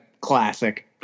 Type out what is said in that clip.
classic